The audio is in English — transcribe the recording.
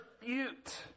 refute